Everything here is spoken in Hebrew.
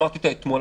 אמרתי אותה אתמול,